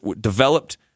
developed